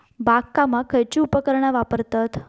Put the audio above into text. बागकामाक खयची उपकरणा वापरतत?